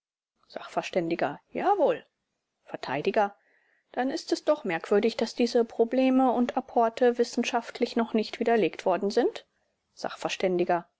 sachv jawohl vert dann ist es doch merkwürdig daß diese probleme und apporte wissenschaftlich noch nicht widerlegt worden sind